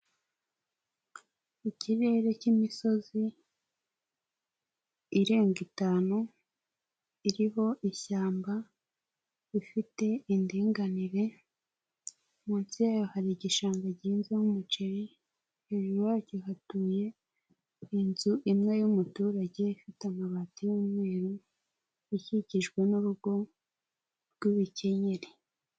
Ikirere cy'imisozi, irenga itanu, iriho ishyamba, rifite indinganire, munsi yayo hari igishanga gihinzeho umuceri ,hejuru hacyo hatuye inzu imwe y'umuturage ifite amabati y'umweru, ikikijwe n'urugo rw'ibikenyeri.